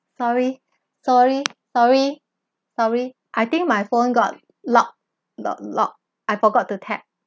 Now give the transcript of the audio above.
sorry sorry sorry sorry I think my phone got locked loc~ locked I forgot to tap